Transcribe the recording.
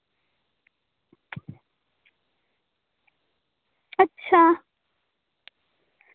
ᱟᱪᱪᱷᱟ